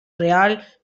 real